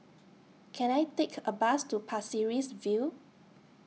Can I Take A Bus to Pasir Ris View